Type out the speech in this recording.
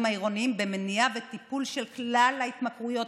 העירוניים במניעה וטיפול של כלל ההתמכרויות,